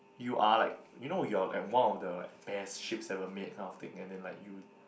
you are like you know you're like one of the like best ships ever made kind of thing and then like you